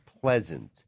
pleasant